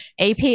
AP